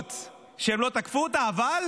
דמות שהם לא תקפו אותה, אבל